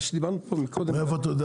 מה שדיברנו פה מקודם -- מאיפה אתה יודע